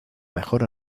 mejor